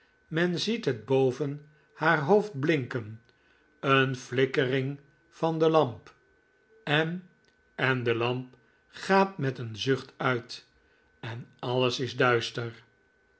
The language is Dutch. men ziet het boven haar hoofd blinken een flikkering van de lamp en en de lamp gaat met een zucht uit en alles is duister